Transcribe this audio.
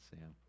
Sam